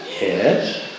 Yes